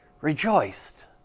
rejoiced